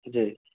जी